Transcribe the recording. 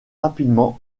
rapidement